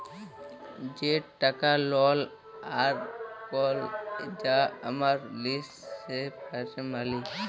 যে টাকা লট আর কইল যা আমরা লিই সেট ফিয়াট মালি